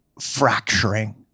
fracturing